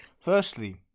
Firstly